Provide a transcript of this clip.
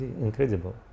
incredible